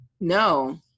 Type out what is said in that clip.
No